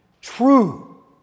True